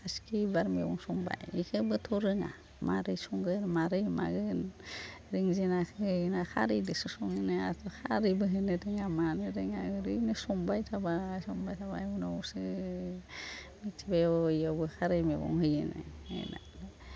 बासिखि बिबार मैगं संबाय बिखौबोथ' रोङा माबोरै संगोन माबोरै मागोन रोंजेनाखै ना खारैल'सो सङोना आरो खारैबो होनो रोङा मानो रोङा ओरैनो संबाय थाबाय संबाय थाबाय उनावसो मिथिबाय बेयावबो खारै मैगं होयो